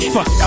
Fuck